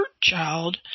child